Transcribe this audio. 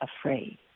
afraid